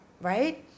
right